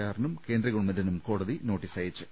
ആറിനും കേന്ദ്ര ഗവൺമെന്റിനും കോടതി നോട്ടീസയച്ചു